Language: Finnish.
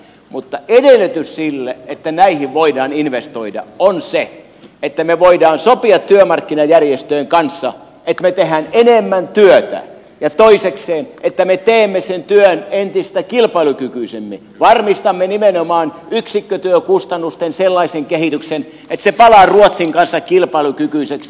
mutta edellytys sille että näihin voidaan investoida on se että me voimme sopia työmarkkinajärjestöjen kanssa että me teemme enemmän työtä ja toisekseen että me teemme sen työn entistä kilpailukykyisemmin varmistamme nimenomaan yksikkötyökustannusten sellaisen kehityksen että ne palaavat ruotsin kanssa kilpailukykyisiksi